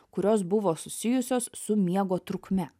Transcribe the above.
kurios buvo susijusios su miego trukme